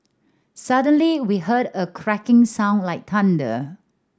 suddenly we heard a cracking sound like thunder